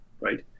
right